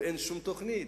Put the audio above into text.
אבל אין שום תוכנית.